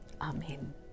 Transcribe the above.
Amen